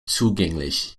zugänglich